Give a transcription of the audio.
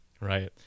right